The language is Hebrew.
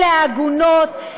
אלה העגונות,